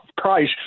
price